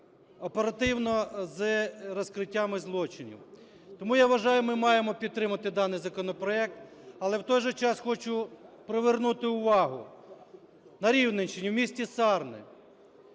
оперативно з розкриттями злочинів. Тому, я вважаю, ми маємо підтримати даний законопроект. Але в той же час хочу привернути увагу. На Рівненщині в місті Сарни